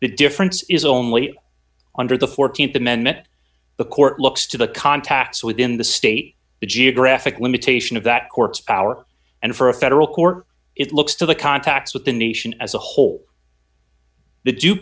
the difference is only under the th amendment the court looks to the contacts within the state the geographic limitation of that court's power and for a federal court it looks to the contacts with the nation as a whole the